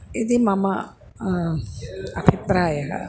इति मम अभिप्रायः